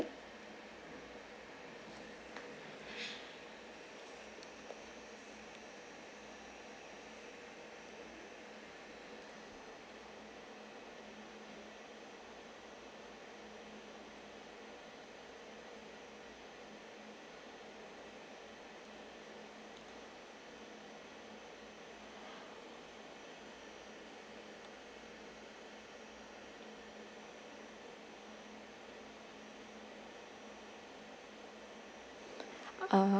uh